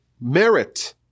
merit